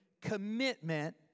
commitment